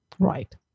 Right